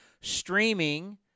streaming